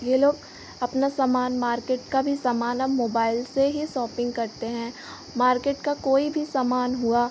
ये लोग अपना सामान मार्केट का भी सामान अब मोबाइल से ही सॉपिंग करते हैं मार्केट का कोई भी सामान हुआ